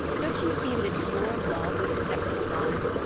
don't you see that it's your love that has kept him alive?